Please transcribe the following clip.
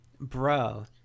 bro